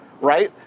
right